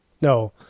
No